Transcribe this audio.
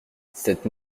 cette